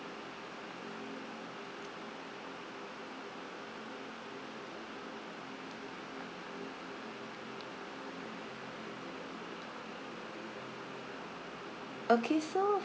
okay so